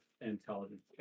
intelligence